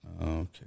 Okay